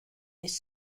this